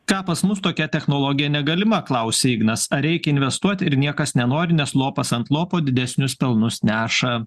ką pas mus tokia technologija negalima klausia ignas ar reikia investuot ir niekas nenori nes lopas ant lopo didesnius pelnus neša